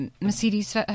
Mercedes